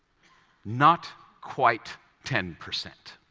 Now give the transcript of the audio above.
not quite ten percent.